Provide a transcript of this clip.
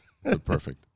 Perfect